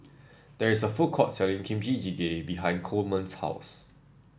there is a food court selling Kimchi Jjigae behind Coleman's house